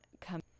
come